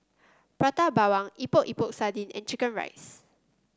Prata Bawang Epok Epok Sardin and chicken rice